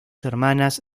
hermanas